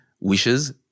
Wishes